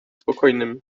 spokojnym